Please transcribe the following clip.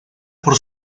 por